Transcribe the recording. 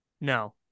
No